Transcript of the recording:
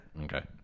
Okay